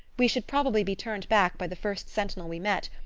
we should probably be turned back by the first sentinel we met,